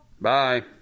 Bye